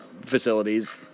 facilities